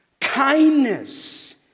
kindness